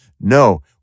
No